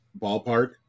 ballpark